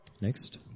next